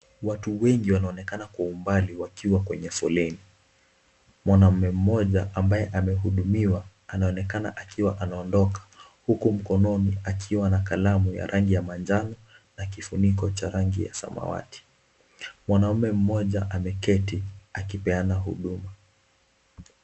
Watu wengi wanaonekana kwa umbali wakiwa kwenye foleni. Mwanaume mmoja ambaye amehudumiwa anaonekana akiwa anaondoka huku mkononi akiwa na kalamu ya rangi ya manjano na kifuniko cha rangi ya samawati. Mwanaume mmoja ameketi akipeana huduma.